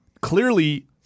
clearly